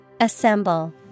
Assemble